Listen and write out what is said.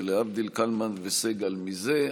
ולהבדיל קלמן וסג"ל מזה.